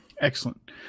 Excellent